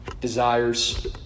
desires